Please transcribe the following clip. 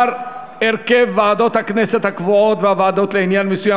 הרכב ועדות הכנסת הקבועות והוועדות לעניין מסוים.